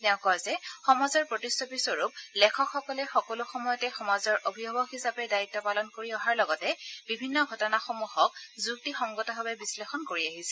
তেওঁ কয় যে সমাজৰ প্ৰতিচ্ছবি স্বৰূপ লেখকসকলে সকলো সময়তে সমাজৰ অভিভাৱক হিচাপে দায়িত্ব পালন কৰি অহাৰ লগতে বিভিন্ন ঘটনা সমূহক যুক্তিসংগতভাৱে বিশ্লেষণ কৰি আহিছে